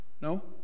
no